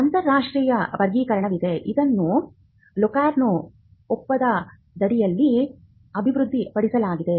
ಅಂತರರಾಷ್ಟ್ರೀಯ ವರ್ಗೀಕರಣವಿದೆ ಇದನ್ನು ಲೊಕಾರ್ನೊ ಒಪ್ಪಂದದಡಿಯಲ್ಲಿ ಅಭಿವೃದ್ಧಿಪಡಿಸಲಾಗಿದೆ